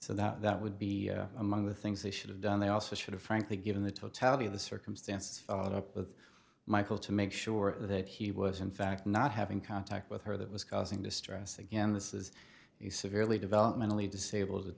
fix that so that would be among the things they should have done they also should have frankly given the totality of the circumstances followed up with michael to make sure that he was in fact not having contact with her that was causing distress again this is a severely developmentally disabled